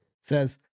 Says